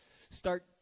Start